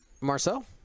Marcel